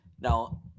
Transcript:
Now –